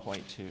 point two